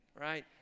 right